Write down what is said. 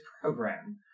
program